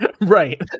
right